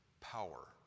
power